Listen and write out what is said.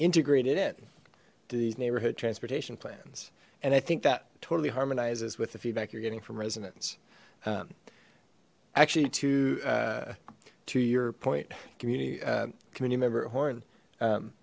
integrated in to these neighborhood transportation plans and i think that totally harmonizes with the feedback you're getting from residents actually to uh to your point community u